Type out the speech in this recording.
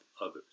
others